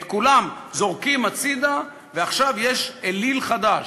את כולן זורקים הצדה, ועכשיו יש אליל חדש,